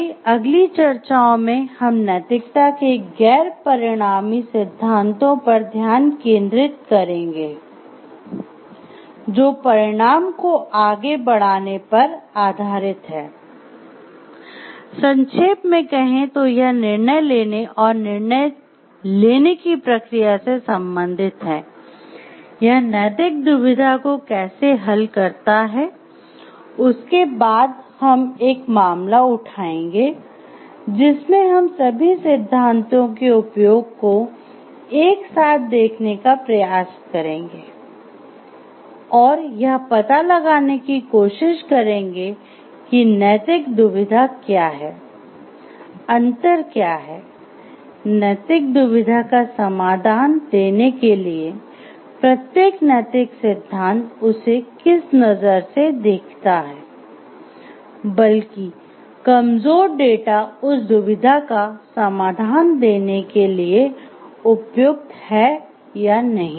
हमारी अगली चर्चाओं में हम नैतिकता के "गैर परिणामी सिद्धांतों" पर ध्यान केंद्रित करेंगे जो परिणाम को आगे बढ़ाने पर आधारित हैं संक्षेप में कहें तो यह निर्णय लेने और निर्णय लेने की प्रक्रिया से सम्बंधित है यह नैतिक दुविधा को कैसे हल करता है उसके बाद हम एक मामला उठाएंगे जिसमें हम सभी सिद्धांतों के उपयोग को एक साथ देखने का प्रयास करेंगे और यह पता लगाने की कोशिश करेंगे कि नैतिक दुविधा क्या है अंतर क्या है नैतिक दुविधा का समाधान देने के लिए प्रत्येक नैतिक सिद्धांत उसे किस नज़र से देखता है बल्कि कमजोर डेटा उस दुविधा का समाधान देने के लिए के लिए उपयुक्त है या नहीं